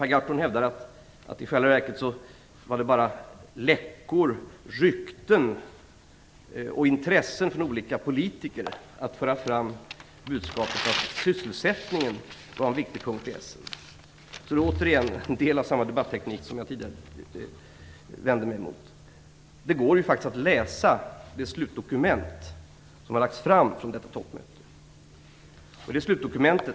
Per Gahrton hävdar att det i själva verket bara var läckor, rykten och intressen från olika politiker som sade att man i Essen förde fram budskapet att sysselsättningen var en viktig punkt. Det är återigen en del av den debatteknik som jag tidigare vände mig mot. Det går faktiskt att läsa det slutdokument som har lagts fram från detta toppmöte.